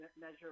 measure